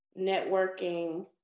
Networking